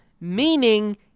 meaning